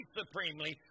supremely